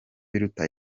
biruta